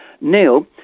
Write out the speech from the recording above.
Neil